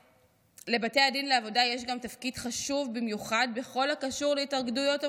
לבתי הדין לעבודה יש גם תפקיד חשוב במיוחד בכל הקשור להתאגדויות עובדים.